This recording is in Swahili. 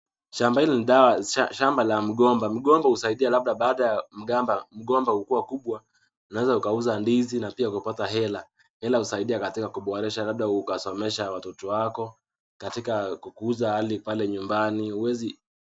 Shamba hili ni shamba la mgomba. Mgomba husaidia labda baada ya mgomba kuwa mkubwa, unaweza ukauza ndizi na pia kupata hela. Hela husaidia katika kuboresha, labda ukasomesha watoto wako, katika kukuza hali pale nyumbani. Huwezi